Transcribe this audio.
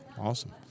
Awesome